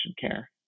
care